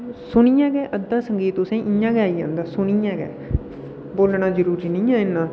सुनियै गै औंदा संगीत तुसें गी इ'यां गै आई जंदा सुनियै गै बोलना जरुरी नेईं ऐ इन्ना